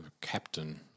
captain